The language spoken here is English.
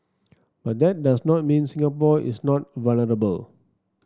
but that does not mean Singapore is not vulnerable